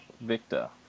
Victor